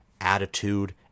attitude